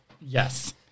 Yes